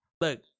Look